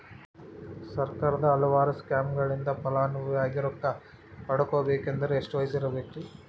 ಸರ್ಕಾರದ ಹಲವಾರು ಸ್ಕೇಮುಗಳಿಂದ ಫಲಾನುಭವಿಯಾಗಿ ರೊಕ್ಕ ಪಡಕೊಬೇಕಂದರೆ ಎಷ್ಟು ವಯಸ್ಸಿರಬೇಕ್ರಿ?